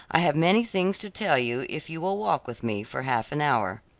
i have many things to tell you, if you will walk with me for half an hour.